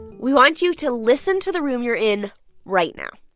we want you to listen to the room you're in right now.